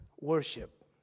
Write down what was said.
Worship